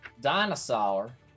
dinosaur